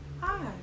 Hi